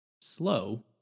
Slow